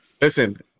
Listen